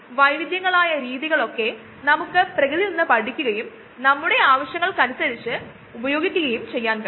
ഇത് പുറത്തെ സിലിണ്ടർ ആണ് അതുകൊണ്ട് എയർ ഈ വഴി ഉയർന്നു വരുമ്പോൾ അതും തീവ്രമായി വരുമ്പോൾ അതിനു കോശങ്ങളെ സസ്പെൻഷനിൽ നിലനിർത്താൻ കഴിയും